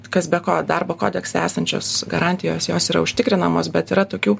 kas be ko darbo kodekse esančios garantijos jos yra užtikrinamos bet yra tokių